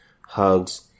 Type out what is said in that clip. hugs